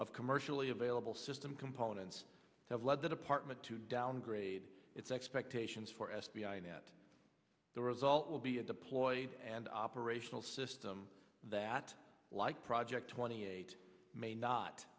of commercially available system components have led the department to downgrade its expectations for s b i net the result will be a deployed and operational system that like project twenty eight may not